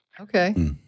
Okay